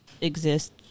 exist